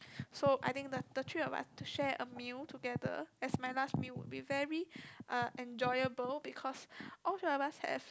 so I think the the three of us to share a meal together as a my last meal would be very uh enjoyable because all three of us have